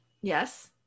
Yes